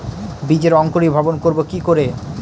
বীজের অঙ্কোরি ভবন করব কিকরে?